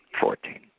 Fourteen